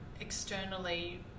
externally